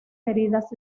heridas